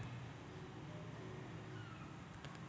भारतातील सिंचनाचा मुख्य स्रोत तलाव आहे